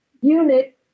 unit